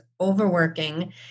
overworking